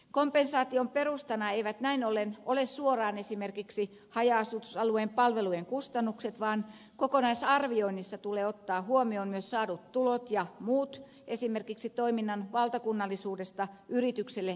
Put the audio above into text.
kompensaation perustana eivät näin ollen ole suoraan esimerkiksi haja asutusalueen palvelujen kustannukset vaan kokonaisarvioinnissa tulee ottaa huomioon myös saadut tulot ja muut esimerkiksi toiminnan valtakunnallisuudesta yritykselle koituvat hyödyt